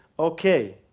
okay,